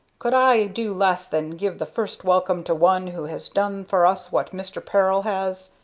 could i do less than give the first welcome to one who has done for us what mr. peril has?